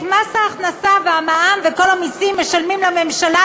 את מס ההכנסה והמע"מ וכל המסים משלמים לממשלה,